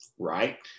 right